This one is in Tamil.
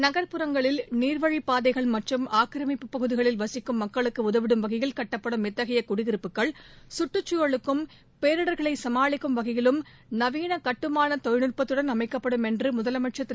நகர்ப்புறங்களில் நீர்வழிப் பாதைகள் மற்றும் ஆக்கிரமிப்பு பகுதிகளில் வசிக்கும் மக்களுக்கு உதவிடும் வகையில் கட்டப்படும் இத்தகைய குடியிருப்புகள் கற்றுக்குழலுக்கும் பேரிடர்களை சமாளிக்கும் வகையிலும் நவீன கட்டுமான தொழில்நுட்பத்துடன் அமைக்கப்படும் என்று முதலனமச்சர் திரு